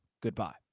Goodbye